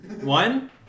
One